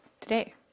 today